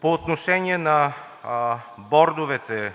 По отношение на бордовете